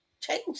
Change